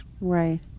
Right